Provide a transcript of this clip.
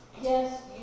yes